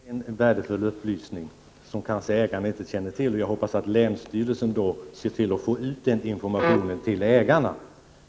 Herr talman! Det var ytterligare en värdefull upplysning. Ägarna kanske inte känner till denna möjlighet. Jag hoppas att länsstyrelsen ser till att få ut denna information till ägarna.